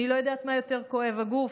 אני לא יודעת מה יותר כואב, הגוף?